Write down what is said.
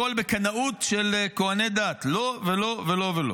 הכול בקנאות של כוהני דת, לא ולא ולא.